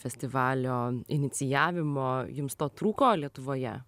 festivalio inicijavimo jums to trūko lietuvoje